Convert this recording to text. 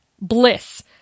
bliss